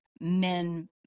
Men